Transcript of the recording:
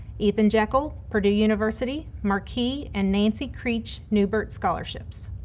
ethan jekel, purdue university, marquis and nancy creech neubert scholarships.